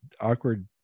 Awkward